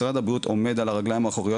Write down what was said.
משרד הבריאות עומד על הרגליים האחוריות